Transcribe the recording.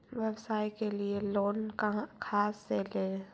व्यवसाय के लिये लोन खा से ले?